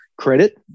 credit